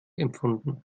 empfunden